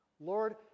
Lord